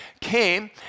came